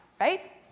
right